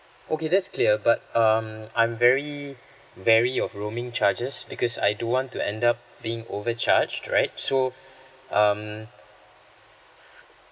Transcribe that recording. okay that's clear but um I'm very vary of roaming charges because I don't want to end up being over charge right so um